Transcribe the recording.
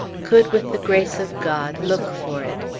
could, with the grace of god, look for it.